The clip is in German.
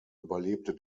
überlebte